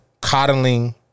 coddling